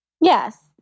Yes